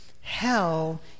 Hell